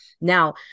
Now